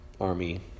army